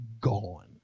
gone